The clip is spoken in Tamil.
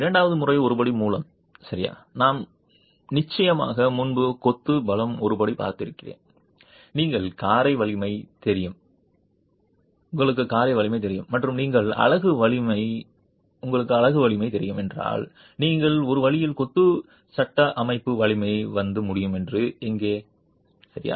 இரண்டாவது முறை ஒருபடி மூலம் சரியா நாம் நிச்சயமாக முன்பு கொத்து பலம் ஒருபடி பார்த்திருக்கிறேன் நீங்கள் காரை வலிமை தெரியும் மற்றும் நீங்கள் அலகு வலிமை தெரியும் என்றால் நீங்கள் ஒரு வழியில் கொத்து சட்டசபை வலிமை வந்து முடியும் என்று எங்கே சரியா